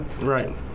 Right